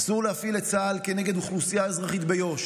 אסור להפעיל את צה"ל כנגד אוכלוסייה אזרחית ביו"ש.